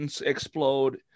explode